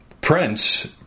Prince